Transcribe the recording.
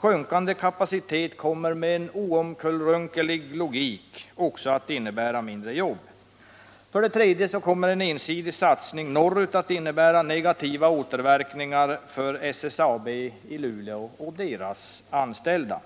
Sjunkande kapacitet kommer med en oomkullrunkelig logik också att innebära färre jobb. En ensidig satsning norrut kommer också att innebära negativa återverkningar för SSAB i Luleå och dess anställda.